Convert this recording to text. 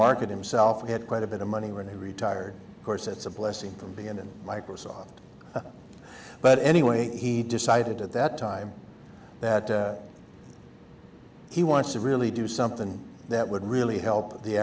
market himself had quite a bit of money when he retired course it's a blessing from being in microsoft but anyway he decided at that time that he wants to really do something that would really help the